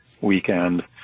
weekend